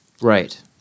Right